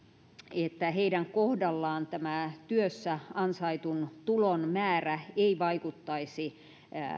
että heidän kohdallaan työssä ansaitun tulon määrä ei vaikuttaisi